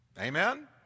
Amen